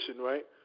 right